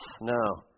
No